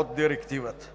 от Директивата.